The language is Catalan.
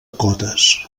cotes